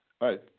right